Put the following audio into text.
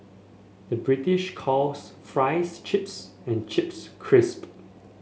the British calls fries chips and chips crisp